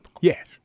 Yes